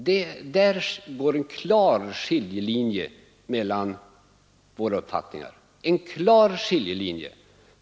Där går en klar skiljelinje mellan våra uppfattningar.